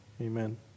Amen